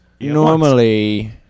Normally